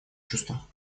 чувство